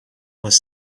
was